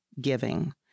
giving